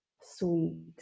sweet